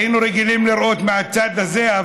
היינו רגילים לראות מהצד הזה,